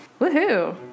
Woohoo